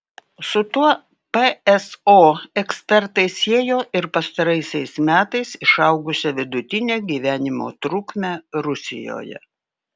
su tuo pso ekspertai siejo ir pastaraisiais metais išaugusią vidutinę gyvenimo trukmę rusijoje